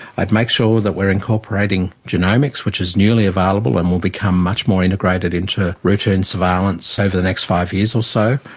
i'd make sure that we are incorporating genomics which is newly available and will become much more integrated into routine surveillance over the next five years or so,